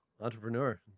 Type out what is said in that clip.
entrepreneur